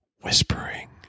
whispering